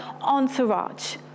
entourage